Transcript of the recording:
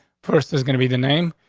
first is gonna be the name.